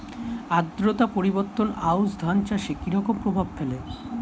আদ্রতা পরিবর্তন আউশ ধান চাষে কি রকম প্রভাব ফেলে?